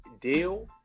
deal